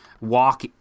walk